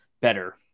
better